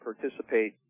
participate